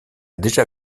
déjà